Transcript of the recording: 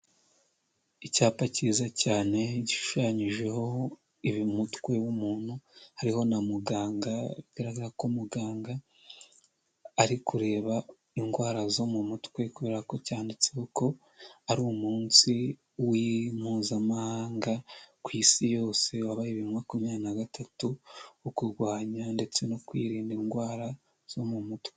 Icyapa cyiza cyane gishushanyijeho umutwe w'umuntu, hariho na muganga bigaragara ko muganga ari kureba indwara zo mu mutwe kubera ko cyanditseho ko ari umunsi w'impuzamahanga ku Isi yose wabaye bibiri na makumyabiri na gatatu wo kurwanya ndetse no kwirinda indwara zo mu mutwe.